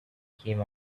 came